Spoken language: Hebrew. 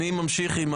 אתה מקבל עכשיו את